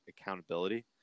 accountability